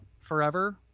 forever